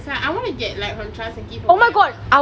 that's why I wanna get from Charles & Keith or whatever